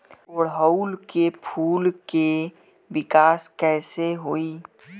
ओड़ुउल के फूल के विकास कैसे होई?